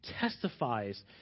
testifies